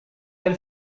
del